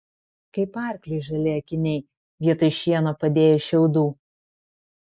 kaip arkliui žali akiniai vietoj šieno padėjus šiaudų